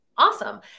Awesome